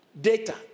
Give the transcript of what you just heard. data